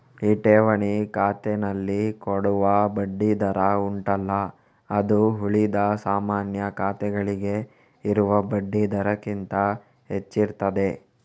ಈ ಠೇವಣಿ ಖಾತೆನಲ್ಲಿ ಕೊಡುವ ಬಡ್ಡಿ ದರ ಉಂಟಲ್ಲ ಅದು ಉಳಿದ ಸಾಮಾನ್ಯ ಖಾತೆಗಳಿಗೆ ಇರುವ ಬಡ್ಡಿ ದರಕ್ಕಿಂತ ಹೆಚ್ಚಿರ್ತದೆ